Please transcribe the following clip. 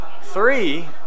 Three